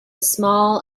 small